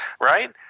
right